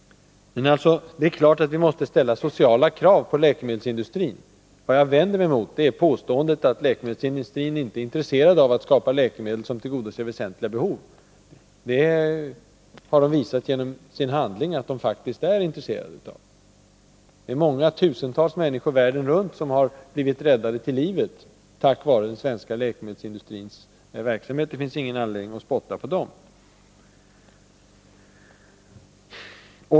Det är klart att vi måste ställa sociala krav på läkemedelsindustrin. Vad jag vänder mig mot är påståendet att läkemedelsindustrin inte är intresserad av att skapa läkemedel som tillgodoser väsentliga behov. Genom handling har industrin visat att den faktiskt är intresserad av det. Det är många tusental människor världen runt som har blivit räddade till livet tack vare den svenska läkemedelsindustrins verksamhet. Det finns ingen anledning att spotta på den.